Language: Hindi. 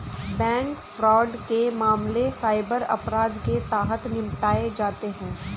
बैंक फ्रॉड के मामले साइबर अपराध के तहत निपटाए जाते हैं